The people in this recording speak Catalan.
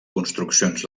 construccions